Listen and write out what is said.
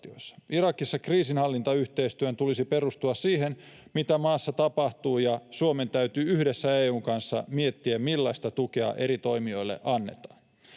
Irakissa kriisinhallintayhteistyön tulisi perustua siihen, mitä maassa tapahtuu, ja Suomen täytyy yhdessä EU:n kanssa miettiä, millaista tukea eri toimijoille annetaan.